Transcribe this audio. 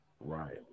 Right